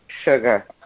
sugar